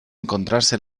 encontrarse